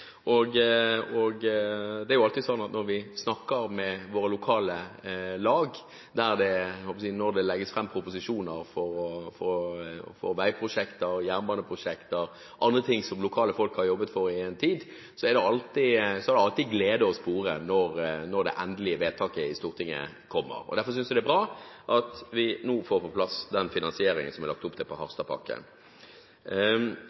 trafikale problemer. Det er jo alltid slik at når vi snakker med våre lokale lag, der det nå vil legges fram proposisjoner – hadde jeg nær sagt – for veiprosjekter, jernbaneprosjekter og andre ting som lokale folk har jobbet for i en tid, er det alltid glede å spore når det endelige vedtaket i Stortinget kommer. Derfor synes jeg det er bra at vi nå får på plass den finansieringen som det er lagt opp til